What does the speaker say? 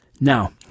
Now